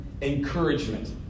Encouragement